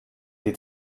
die